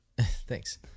thanks